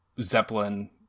Zeppelin